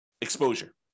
exposure